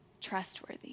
trustworthy